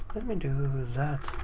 let me do that,